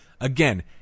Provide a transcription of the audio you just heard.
again